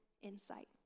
insight